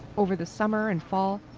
over the summer and fall,